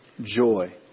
joy